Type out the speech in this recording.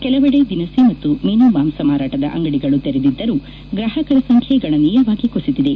ಕೆಲವೆಡೆ ದಿನಸಿ ಮತ್ತು ಮೀನು ಮಾಂಸ ಮಾರಾಟದ ಅಂಗಡಿಗಳು ತೆರೆದಿದ್ದರೂ ಗ್ರಾಹಕರ ಸಂಖ್ಯೆ ಗಣನೀಯವಾಗಿ ಕುಸಿದಿದೆ